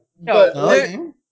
No